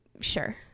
Sure